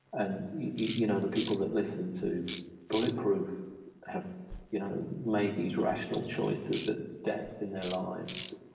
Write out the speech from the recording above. and you know the people that listen to bulletproof have you know made these rational choices at depth in their lives,